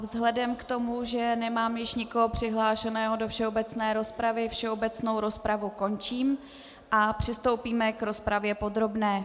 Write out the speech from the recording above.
Vzhledem k tomu, že nemám již nikoho přihlášeného do všeobecné rozpravy, všeobecnou rozpravu končím a přistoupíme k rozpravě podrobné.